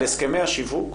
על הסכמי השיווק,